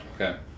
Okay